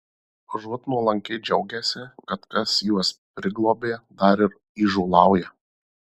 užuot nuolankiai džiaugęsi kad kas juos priglobė dar ir įžūlauja